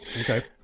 Okay